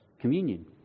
communion